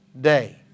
day